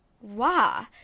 wow